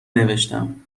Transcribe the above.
نوشتم